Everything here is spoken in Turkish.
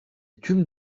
tüm